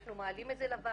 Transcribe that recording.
אנחנו מעלים את זה לוועדה,